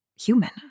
Human